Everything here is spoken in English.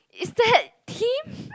is that Tim